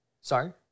Sorry